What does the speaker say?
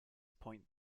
point